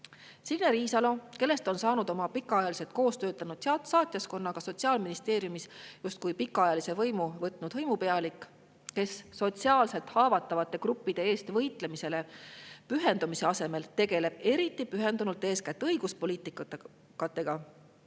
Signe Riisalo, kellest on saanud pikaajaliselt [temaga] koos töötanud saatjaskonnaga Sotsiaalministeeriumis justkui pikaajalise võimu võtnud hõimupealik, kes sotsiaalselt haavatavate gruppide eest võitlemisele pühendumise asemel tegeleb eriti pühendunult eeskätt õiguspoliitikaga,